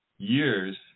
Years